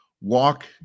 Walk